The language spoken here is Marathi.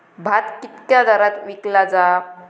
भात कित्क्या दरात विकला जा?